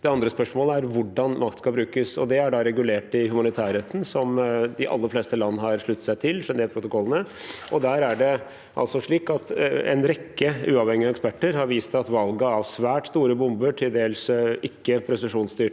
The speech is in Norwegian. Det andre spørsmålet er hvordan makt skal brukes. Det er regulert i humanitærretten, som de aller fleste land har sluttet seg til, Genève-protokollene. Og en rekke uavhengige eksperter har vist at valget av svært store bomber, til dels ikke-presisjonsstyrte